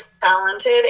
talented